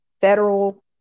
federal